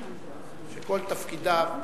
שכל תפקידיו,